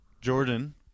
Jordan